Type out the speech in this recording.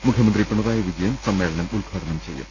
മുഖ്യമന്ത്രി പിണ റായി വിജയൻ സമ്മേളനം ഉദ്ഘാടനം ചെയ്യും